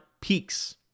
peaks